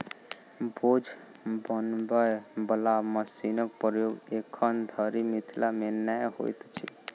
बोझ बनबय बला मशीनक प्रयोग एखन धरि मिथिला मे नै होइत अछि